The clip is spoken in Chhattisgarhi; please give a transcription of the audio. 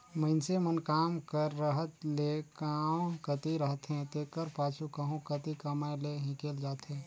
मइनसे मन काम कर रहत ले गाँव कती रहथें तेकर पाछू कहों कती कमाए लें हिंकेल जाथें